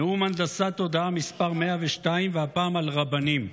נאום הנדסת תודעה מס' 102, והפעם על רבנים.